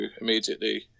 immediately